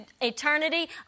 eternity